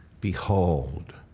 Behold